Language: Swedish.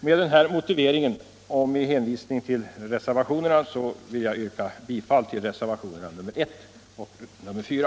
Med denna motivering och med hänvisning till reservationerna vill jag yrka bifall till reservationerna 1 och 4.